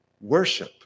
Worship